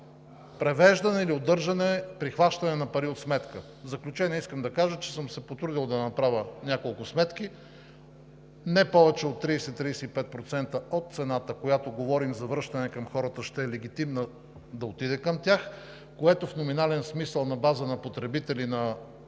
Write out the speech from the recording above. превеждане или удържане, прихващане пари от сметка. В заключение искам да кажа, че съм се потрудил да направя няколко сметки – не повече от 30 – 35% от цената, за която говорим, за връщането на хората, ще е легитимна да отиде към тях, което в номинален смисъл, на база на потребители на